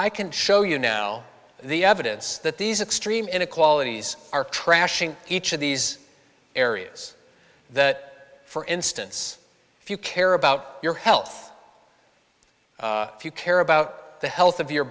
i can show you know the evidence that these extreme inequalities are trashing each of these areas that for instance if you care about your health if you care about the health of your